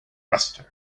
mustard